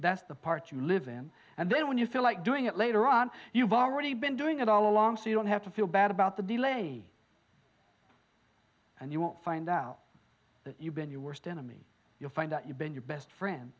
that's the part you live in and then when you feel like doing it later on you've already been doing it all along so you don't have to feel bad about the delay and you won't find out that you've been your worst enemy you'll find out you've been your best friend